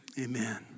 Amen